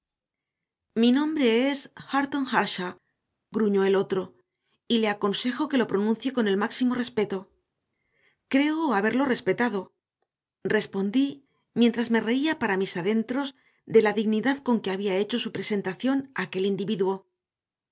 mi nombre es hareton earnshaw gruñó el otro y le aconsejo que lo pronuncie con el máximo respeto creo haberlo respetado respondí mientras me reía para mis adentros de la dignidad con que había hecho su presentación aquel individuo